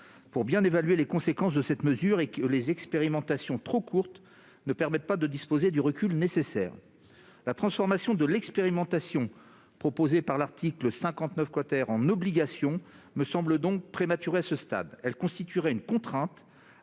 pour bien évaluer les conséquences d'une telle mesure, les expérimentations trop courtes ne permettant pas de disposer du recul nécessaire. La transformation de l'expérimentation proposée par l'article 59 en obligation me semble donc prématurée à ce stade. Elle constituerait une contrainte,